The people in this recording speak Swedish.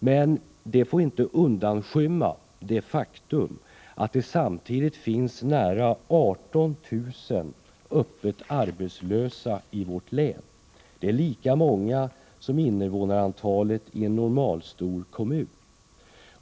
Men det får inte undanskymma det faktum att det samtidigt finns nära 18 000 öppet arbetslösa i vårt län. Det är lika många som antalet invånare i en normalstor kommun.